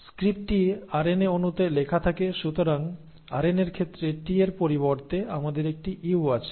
স্ক্রিপ্টটি RNA অণুতে লেখা থাকে সুতরাং আরএনএর ক্ষেত্রে T এর পরিবর্তে আমাদের একটি U আছে